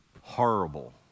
horrible